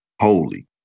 holy